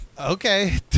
Okay